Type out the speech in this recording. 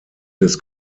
des